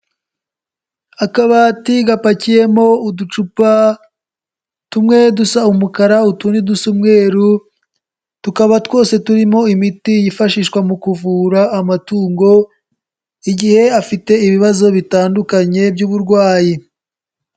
Akabati gapakiyemo uducupa, tumwe dusa umukara utundi dusa umweru, tukaba twose turimo imiti yifashishwa mu kuvura amatungo, igihe afite ibibazo bitandukanye by'uburwayi.